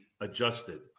adjusted